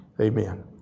Amen